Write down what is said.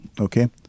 Okay